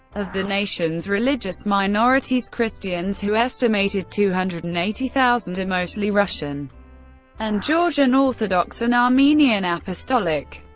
of the nation's religious minorities, christians who estimated two hundred and eighty thousand are mostly russian and georgian orthodox and armenian apostolic.